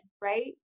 right